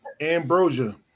Ambrosia